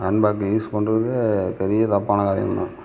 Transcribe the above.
handbag use பண்ணுறதே பெரிய தப்பான காரியம் தான்